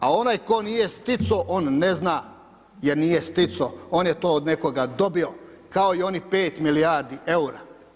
A onaj tko nije stico, on ne zna, jer nije stico, on je to od nekoga dobio, kao i onih 5 milijardi EUR-a.